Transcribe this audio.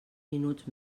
minuts